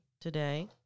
today